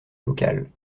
vocal